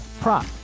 prop